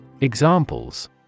Examples